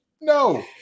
No